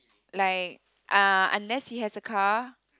like uh unless he has a car